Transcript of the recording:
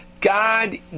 God